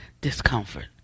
discomfort